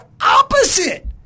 opposite